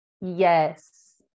Yes